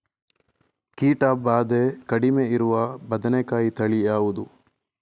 ಕೀಟ ಭಾದೆ ಕಡಿಮೆ ಇರುವ ಬದನೆಕಾಯಿ ತಳಿ ಯಾವುದು?